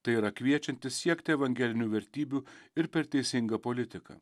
tai yra kviečiantis siekti evangelinių vertybių ir per teisingą politiką